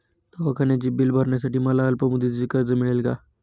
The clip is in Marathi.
दवाखान्याचे बिल भरण्यासाठी मला अल्पमुदतीचे कर्ज मिळेल का?